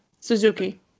Suzuki